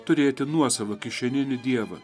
turėti nuosavą kišeninį dievą